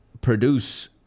produce